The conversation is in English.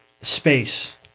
space